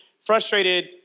frustrated